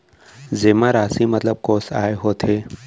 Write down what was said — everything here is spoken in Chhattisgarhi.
जेमा राशि मतलब कोस आय होथे?